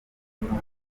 diamond